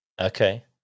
Okay